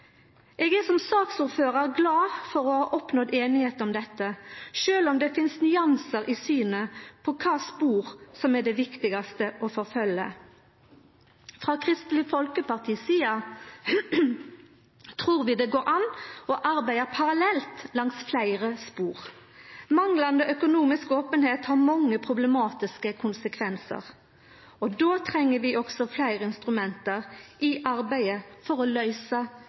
Eg er som saksordførar glad for å ha oppnådd einigheit om dette, sjølv om det finst nyansar i synet på kva spor som er det viktigaste å forfølgja. Frå Kristeleg Folkepartis side trur vi det går an å arbeida parallelt langs fleire spor. Manglande økonomisk openheit har mange problematiske konsekvensar, og då treng vi òg fleire instrument i arbeidet for å